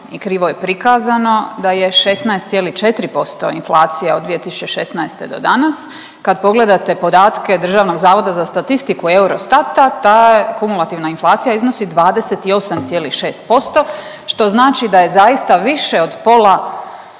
I krivo je prikazano da je 16,4% inflacija od 2016. do danas. Kad pogledate podatke Državnog zavoda za statistiku i Eurostata ta kumulativna inflacija iznosi 28,6% što znači da je zaista više od pola